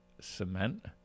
cement